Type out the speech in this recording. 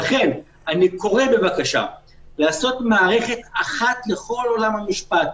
לכן אני קורא בבקשה לעשות מערכת אחת לכל עולם המשפט.